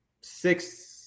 six –